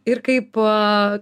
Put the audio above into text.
ir kaip